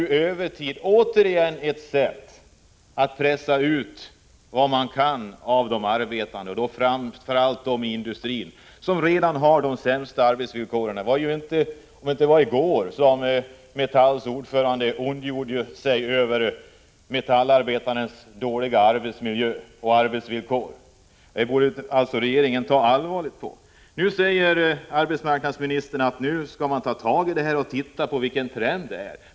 Har övertid nu återigen blivit ett sätt att pressa ut så mycket man kan av de arbetande och framför allt då av dem i industrin, som redan har de sämsta arbetsvillkoren? Jag undrar om det inte var i går som Metalls ordförande ondgjorde sig över metallarbetarnas dåliga arbetsmiljö och arbetsvillkor. Det borde regeringen ta allvarligt på! Nu säger arbetsmarknadsministern att man skall ta tag i det här och undersöka vilken trenden är.